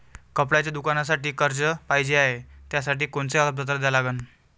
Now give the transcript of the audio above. कपड्याच्या दुकानासाठी कर्ज पाहिजे हाय, त्यासाठी कोनचे कागदपत्र द्या लागन?